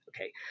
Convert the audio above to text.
Okay